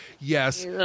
Yes